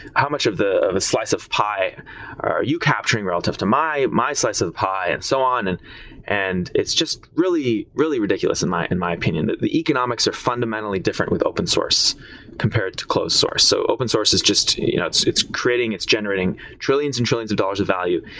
how much of the slice of pie are you capturing relative to my my slice of the pie and so on? and and it's just really, really ridiculous in my and my opinion. the the economics are fundamentally different with open source compared to closed source. so open source is just you know it's it's creating, it's generating trillions and trillions of dollars of value.